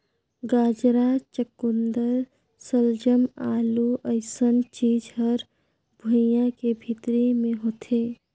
गाजरा, चकुंदर सलजम, आलू अइसन चीज हर भुइंयां के भीतरी मे होथे